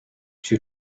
due